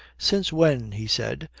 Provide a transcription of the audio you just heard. since when, he said,